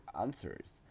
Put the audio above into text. answers